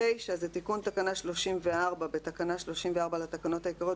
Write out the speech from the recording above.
"תיקון תקנה 349. בתקנה 34 לתקנות העיקריות,